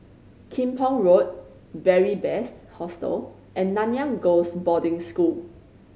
Kim Pong Road Beary Best Hostel and Nanyang Girls' Boarding School